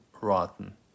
rotten